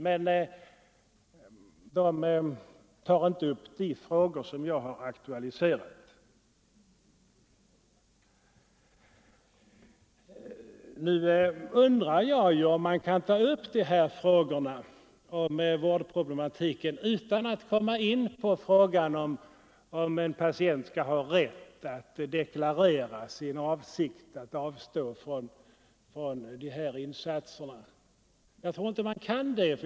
Men utredningen tar inte upp de frågor jag har aktualiserat. Men jag frågar mig om man kan ta upp vårdproblematiken utan att komma in på frågan, huruvida en patient genom tidigare deklarerad viljeyttring skall ha rätt att avstå från livsuppehållande behandling. Jag tror inte man kan det.